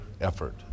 effort